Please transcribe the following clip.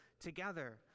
together